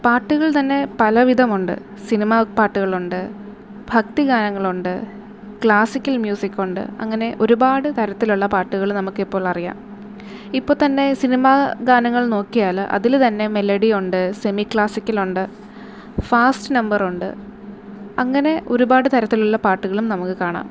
പാട്ടുകള് തന്നെ പലവിധം ഉണ്ട് സിനിമ പാട്ടുകളുണ്ട് ഭക്തി ഗാനങ്ങളുണ്ട് ക്ലാസ്സിക്കല് മ്യൂസിക്കുണ്ട് അങ്ങനെ ഒരുപാട് തരത്തിലുള്ള പാട്ടുകള് നമ്മുക്കിപ്പോൾ അറിയാം ഇപ്പോൾ തന്നെ സിനിമാ ഗാനങ്ങള് നോക്കിയാൽ അതിൽ തന്നെ മെലഡിയുണ്ട് സെമി ക്ലാസ്സിക്കലുണ്ട് ഫാസ്റ്റ് നമ്പറുണ്ട് അങ്ങനെ ഒരുപാട് തരത്തിലുള്ള പാട്ടുകളും നമുക്ക് കാണാം